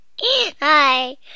Hi